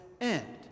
end